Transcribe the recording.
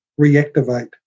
reactivate